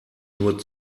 nur